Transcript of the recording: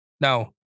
now